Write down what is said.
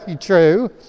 true